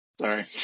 Sorry